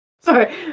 Sorry